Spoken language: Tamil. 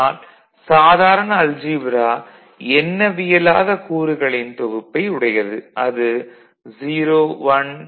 ஆனால் சாதாரண அல்ஜீப்ரா எண்ணிவியலாத கூறுகளின் தொகுப்பை உடையது - அது 0 1 2 3 4